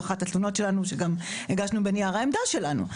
זו אחת התלונות שלנו שגם הגשנו בנייר העמדה שלנו.